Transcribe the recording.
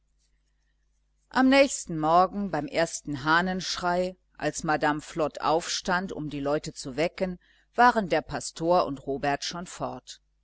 am nächsten morgen beim ersten hahnenschrei als madame flod aufstand um die leute zu wecken waren der pastor und robert schon fort